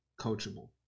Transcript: coachable